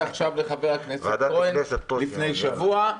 עכשיו לחבר הכנסת כהן לפני שבוע,